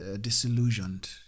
Disillusioned